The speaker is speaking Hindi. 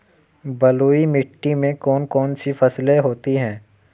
बलुई मिट्टी में कौन कौन सी फसलें होती हैं?